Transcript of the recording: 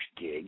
gig